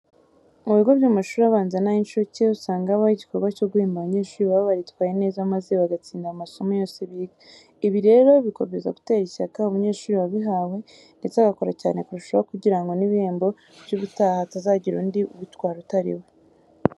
Mu bigo by'amashuri abanza n'ay'incuke usanga habaho igikorwa cyo guhemba abanyeshuri baba baritwaye neza maze bagatsinda mu masomo yose biga. Ibi rero bikomeza gutera ishyaka umunyeshuri wabihawe ndetse agakora cyane kurushaho kugira ngo n'ibihembo by'ubutaha hatazagira undi ubitwara utari we.